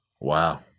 Wow